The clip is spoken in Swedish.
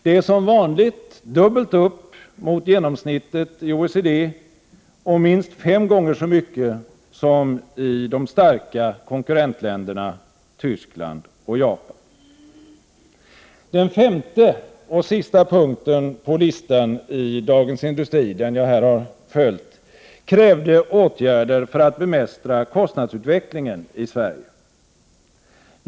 Det är som vanligt dubbelt upp mot genomsnittet i OECD och minst fem gånger så mycket som i de starka konkurrentländerna Tyskland och Japan. Den femte och sista punkten på listan i Dagens Industri, som jag har följt, krävde åtgärder för att bemästra kostnadsutvecklingen i Sverige.